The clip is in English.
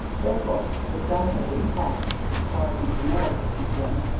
therefore, the die had been cast, as far as mr. merrick was concerned,